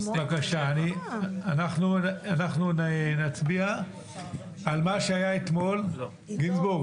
הסתייגות 19. הסתייגות 19 באה לעגן את ההגנה לעגן